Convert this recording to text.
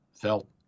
felt